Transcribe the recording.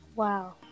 Wow